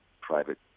private